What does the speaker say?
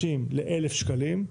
מ-250 ל-1,000 שקלים.